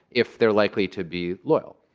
if they're likely to be loyal.